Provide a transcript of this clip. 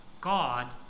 God